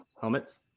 helmets